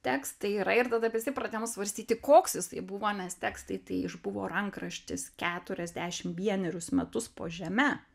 tekstai yra ir tada visi pradėjom svarstyti koks jisai buvo nes tekstai tai išbuvo rankraštis keturiasdešim vienerius metus po žeme